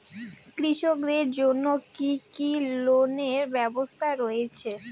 কৃষকদের জন্য কি কি লোনের ব্যবস্থা রয়েছে?